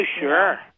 sure